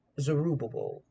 Zerubbabel